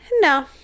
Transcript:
No